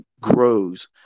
grows